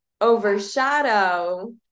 overshadow